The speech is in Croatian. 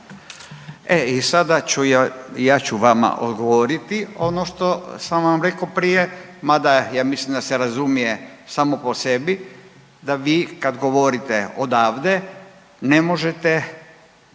E i sada ja ću vama odgovoriti ono što sam vam rekao prije, mada ja mislim da se razumije samo po sebi da vi kada govorite odavde ne možete